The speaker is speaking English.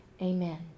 amen